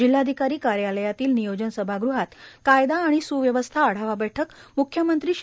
जिल्हाधिकारी कार्यालयातील नियोजन सभागृहात कायदा आणि सुव्यवस्था आढावा बैठक म्ख्यमंत्री श्री